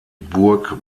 burg